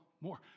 more